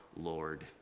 Lord